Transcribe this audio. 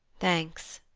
thanks,